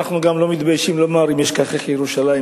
אנחנו גם לא מתביישים לומר: אם אשכחך ירושלים,